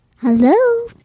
Hello